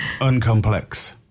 uncomplex